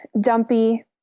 dumpy